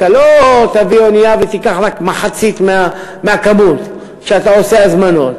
אתה לא תביא אונייה ותיקח רק מחצית מהכמות כשאתה עושה הזמנות.